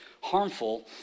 harmful